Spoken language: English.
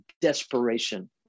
desperation